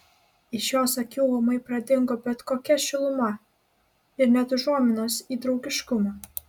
iš jos akių ūmai pradingo bet kokia šiluma ir net užuominos į draugiškumą